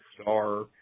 star